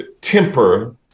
temper